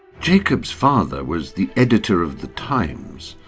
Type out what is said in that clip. jacob's father was the editor of the times.